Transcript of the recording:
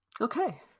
Okay